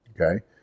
Okay